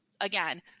again